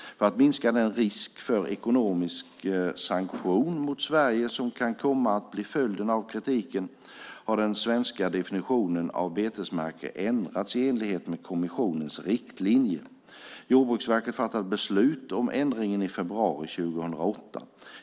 För att minska den risk för ekonomisk sanktion mot Sverige som kan komma att bli följden av kritiken, har den svenska definitionen av betesmarker ändrats i enlighet med kommissionens riktlinjer. Jordbruksverket fattade beslut om ändringen i februari 2008.